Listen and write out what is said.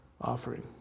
offering